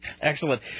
Excellent